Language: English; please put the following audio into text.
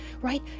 right